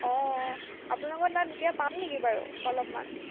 অঁ অঁ আপোনালোকৰ তাত এতিয়া পাম নেকি বাৰু অলপমান